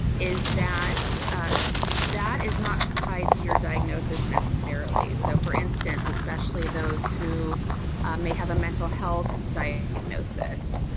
is that that is not tied to your diagnosis necessarily. so for instance, especially those who may have a mental health diagnosis.